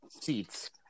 seats